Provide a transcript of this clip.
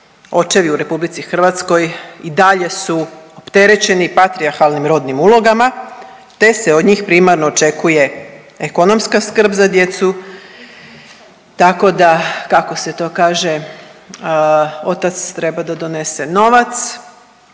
Očevi u RH i dalje su opterećeni patrijarhalnim rodnim ulogama te se od njih primarno očekuje ekonomska skrb za djecu tako da kako se to kaže otac treba da donese novac